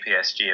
psg